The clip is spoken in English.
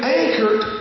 anchored